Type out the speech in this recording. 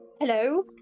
Hello